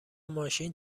ماشین